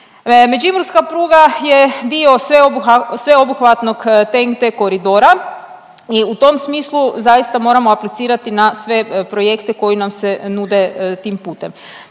Međimurska pruga je dio sveobuhvatnog TNT koridora i u tom smislu zaista moramo aplicirati na sve projekte koji nam se nude tim putem.